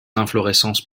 inflorescences